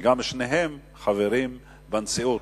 ושניהם גם חברים בנשיאות.